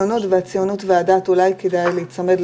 אני מבקש להקביל "בכנס יידונו נושאים מעולם הציונות וערכי תנועת